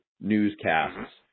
newscasts